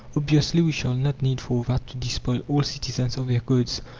obviously we shall not need for that to despoil all citizens of their coats,